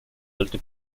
alte